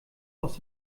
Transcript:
aus